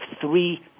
three